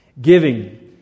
Giving